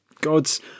gods